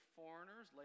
foreigners